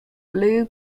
blue